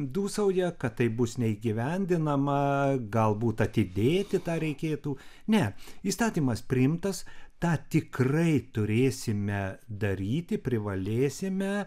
dūsauja kad tai bus neįgyvendinama galbūt atidėti tą reikėtų ne įstatymas priimtas tą tikrai turėsime daryti privalėsime